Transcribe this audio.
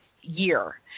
year